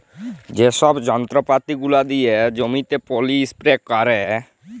যে ছব যল্তরপাতি গুলা দিয়ে জমিতে পলী ইস্পেরে ক্যারে